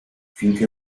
finché